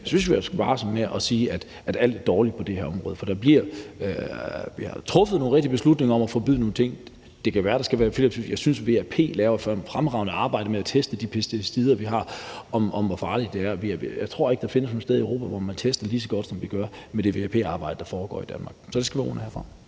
Jeg synes, vi skal være varsomme med at sige, at alt er dårligt på det her område, for der bliver truffet nogle rigtige beslutninger om at forbyde nogle ting, og det kan være, der skal være flere. Jeg synes, at VAP laver et fremragende arbejde med at teste de pesticider, vi har, for, hvor farligt det er. Jeg tror ikke, der findes nogen steder i Europa, hvor man tester lige så godt, som vi gør med det VAP-arbejde, der foregår i Danmark. Det skal være ordene herfra.